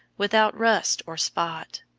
without rust or spot.